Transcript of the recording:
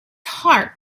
heart